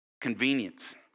Convenience